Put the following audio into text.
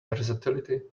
versatility